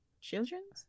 children's